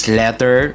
letter